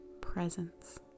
presence